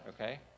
Okay